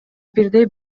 бирдей